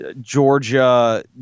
Georgia